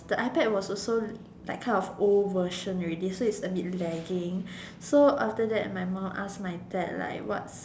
the iPad was also like kind of old version already so it's a bit lagging so after that my mum asked my dad like what's